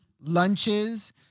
lunches